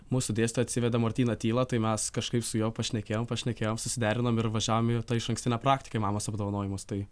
mūsų dėstytoja atsivedė martyną tylą tai mes kažkaip su juo pašnekėjom pašnekėjom susiderinom ir važiavom į tą išankstinę praktiką į mamos apdovanojimus tai